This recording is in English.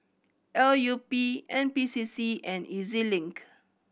L U P N P C C and E Z Link